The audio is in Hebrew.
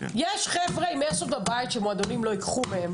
יש חבר'ה עם איירסופט בבית שמועדונים לא יקחו מהם,